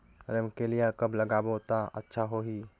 रमकेलिया कब लगाबो ता अच्छा होही?